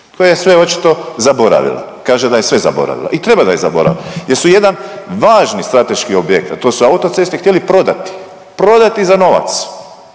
koja je sve očito zaboravila, kaže da je sve zaboravila i treba da je zaboravila jer su jedan važni strateški objekt, a to su autoceste htjeli prodati, prodati za novac,